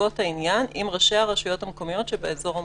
מנסיבות העניין עם ראשי הרשויות המקומיות שבאזור המוגבל".